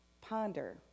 ponder